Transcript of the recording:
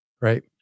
Right